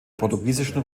portugiesischen